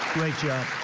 great job.